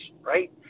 right